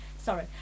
Sorry